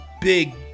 big